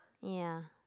ya